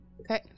Okay